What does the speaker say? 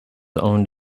owned